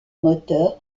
moteur